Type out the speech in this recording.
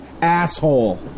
asshole